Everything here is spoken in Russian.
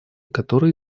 который